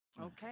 Okay